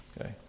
Okay